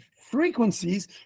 frequencies